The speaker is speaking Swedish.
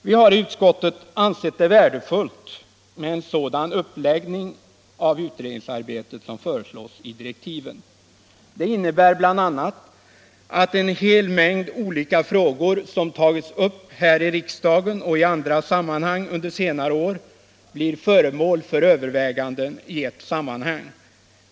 Vi har i utskottet ansett det värdefullt med en sådan uppläggning av utredningsarbetet som föreslås i d:rektiven. Det innebar bl.a. att en hel mängd olika frågor, som tagits upp här i riksdagen och i andra sammanhang under senare år, blir föremål för överväganden i ett sammanhang.